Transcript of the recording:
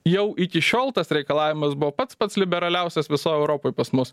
jau iki šiol tas reikalavimas buvo pats pats liberaliausias visoj europoj pas mus